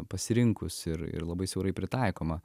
pasirinkus ir ir labai siaurai pritaikoma